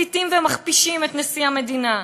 מסיתים ומכפישים את נשיא המדינה,